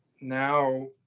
now